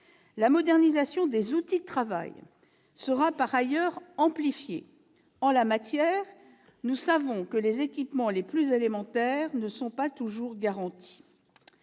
La modernisation des outils de travail sera, par ailleurs, amplifiée. En la matière, nous savons que les équipements les plus élémentaires ne sont pas toujours garantis.